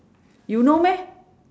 you know meh